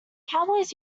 cowboys